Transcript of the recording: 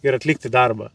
ir atlikti darbą